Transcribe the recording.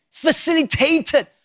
facilitated